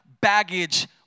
baggage